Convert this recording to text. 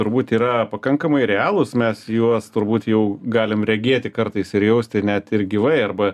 turbūt yra pakankamai realūs mes juos turbūt jau galim regėti kartais ir jausti net ir gyvai arba